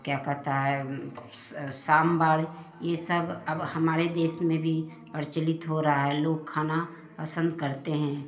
क्या कहते हैं साम्भर यह सब अब हमारे देश में भी प्रचलित हो रहा है लोग खाना पसन्द करते हैं